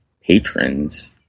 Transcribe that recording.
patrons